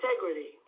integrity